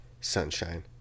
Sunshine